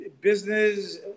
Business